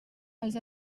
els